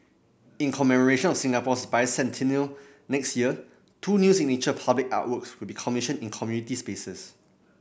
in commemoration of Singapore's Bicentennial next year two new signature public artworks will be commissioned in community spaces